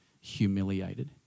humiliated